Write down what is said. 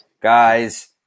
guys